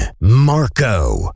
Marco